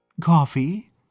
Coffee